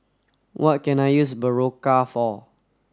what can I use Berocca for